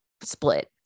split